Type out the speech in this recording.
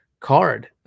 Card